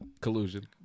collusion